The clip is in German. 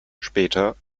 später